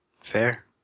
Fair